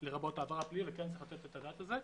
העבר הפלילי" וצריך לתת את הדעת על זה.